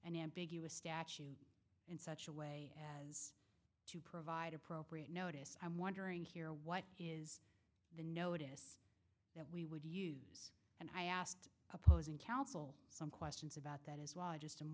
an ambiguous statute and such a way to provide appropriate notice i'm wondering here what is the notice we would use and i asked opposing counsel some questions about that is why i just